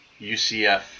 UCF